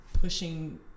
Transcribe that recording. pushing